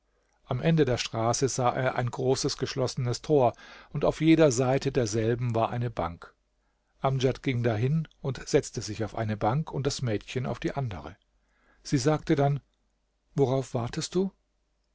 am ende der straße sah er ein großes geschlossenes tor und auf jeder seite desselben war eine bank amdjad ging dahin und setzte sich auf eine bank und das mädchen auf die andere sie sagte dann worauf wartest du